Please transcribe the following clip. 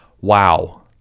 Wow